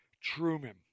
Truman